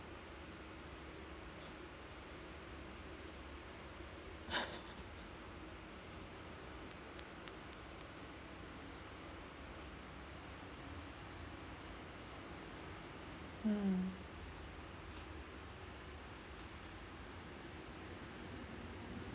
mm